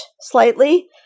slightly